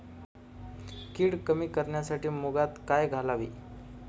कीड कमी करण्यासाठी मुगात काय घालावे?